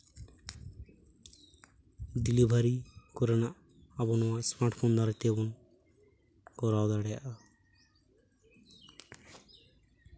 delivery ᱠᱚᱨᱮᱱᱟᱜ ᱟᱵᱚ ᱱᱚᱣᱟ ᱤᱥᱢᱟᱴ ᱯᱷᱳᱱ ᱫᱟᱨᱟᱭ ᱛᱮᱜᱮ ᱵᱚᱱ ᱠᱚᱨᱟᱣ ᱫᱟᱲᱮᱭᱟᱜᱼᱟ